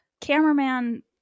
cameraman